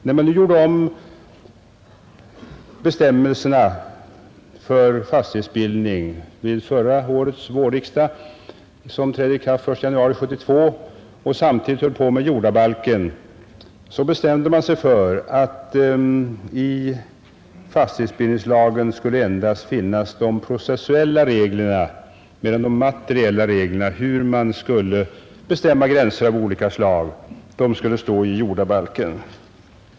När vi gjorde om bestämmelserna för fastighetsbildning vid förra årets vårriksdag, vilka träder i kraft den 1 januari 1972 samtidigt med jordabalken, förklarades att i fastighetsbildningslagen endast skulle finnas de processuella reglerna, medan de materiella reglerna om hur man bestämmer gränser av olika slag skulle stå i jordabalken.